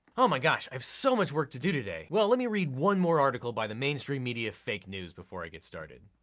oh my gosh, i have so much work to do today. well, let me read one more article by the mainstream media fake news before i get started.